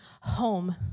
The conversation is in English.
home